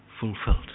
fulfilled